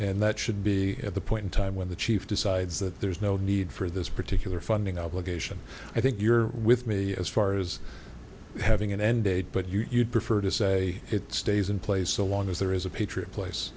and that should be at the point in time when the chief decides that there's no need for this particular funding obligation i think you're with me as far as having an end date but you'd prefer to say it stays in place so long as there is a patriot place